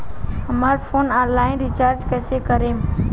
हमार phone online recharge कईसे करेम?